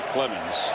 Clemens